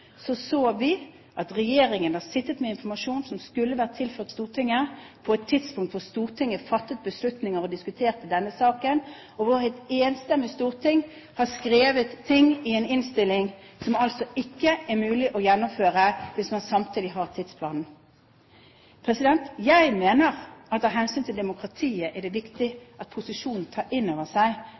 så vi at regjeringen har sittet med informasjon som skulle vært tilført Stortinget – på et tidspunkt hvor Stortinget fattet beslutninger og diskuterte denne saken, og et enstemmig storting har skrevet noe i en innstilling som det altså ikke er mulig å gjennomføre hvis man samtidig har den tidsplanen. Jeg mener at av hensyn til demokratiet, er det viktig at posisjonen tar inn over seg